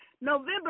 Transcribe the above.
November